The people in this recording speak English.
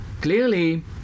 Clearly